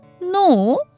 No